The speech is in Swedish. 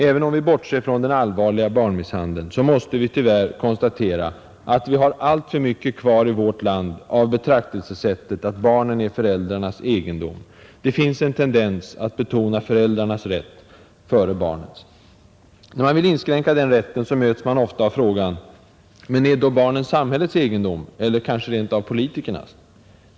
Även om vi bortser från den allvarliga barnmisshandeln måste vi tyvärr Nr 51 konstatera att vi i vårt land har alltför mycket kvar av betraktelsesättet att barnen är föräldrarnas egendom. Det finns en tendens att betona föräldrarnas rätt före barnens. ar Her NS När man vill inskränka den rätten möts man ofta av frågan: Men är då — Om åtgärder för att barnen samhällets egendom — eller kanske rent av politikernas?